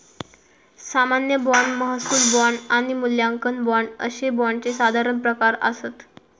सामान्य बाँड, महसूल बाँड आणि मूल्यांकन बाँड अशे बाँडचे साधारण प्रकार आसत